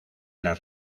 las